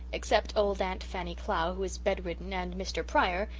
except old aunt fannie clow, who is bedridden and mr. pryor,